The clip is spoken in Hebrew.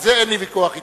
על זה אין לי ויכוח אתך.